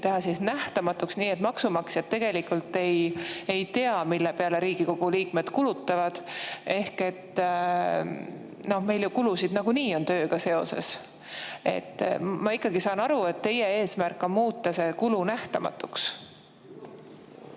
teha nähtamatuks, nii et maksumaksjad tegelikult ei saaks teada, mille peale Riigikogu liikmed kulutavad. Meil ju kulusid nagunii on tööga seoses. Ma saan aru, et teie eesmärk on muuta ikkagi see kulu nähtamatuks.